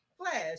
Flash